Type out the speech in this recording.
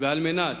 ועל מנת